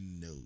No